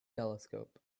telescope